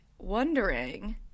wondering